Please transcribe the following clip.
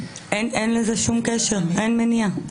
אין לזה שום קשר, אין מניעה.